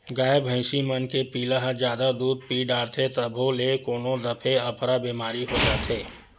गाय भइसी मन के पिला ह जादा दूद पीय डारथे तभो ल कोनो दफे अफरा बेमारी हो जाथे